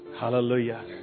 Hallelujah